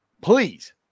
please